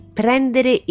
prendere